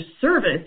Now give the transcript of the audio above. service